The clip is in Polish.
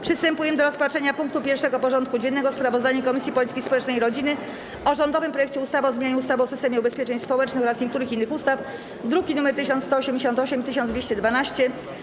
Przystępujemy do rozpatrzenia punktu 1. porządku dziennego: Sprawozdanie Komisji Polityki Społecznej i Rodziny o rządowym projekcie ustawy o zmianie ustawy o systemie ubezpieczeń społecznych oraz niektórych innych ustaw (druki nr 1188 i 1212)